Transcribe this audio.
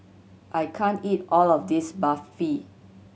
I can't eat all of this Barfi